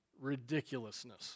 ridiculousness